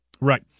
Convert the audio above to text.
Right